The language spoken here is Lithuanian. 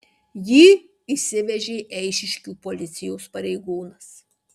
jį išsivežė eišiškių policijos pareigūnas